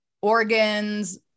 organs